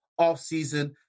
offseason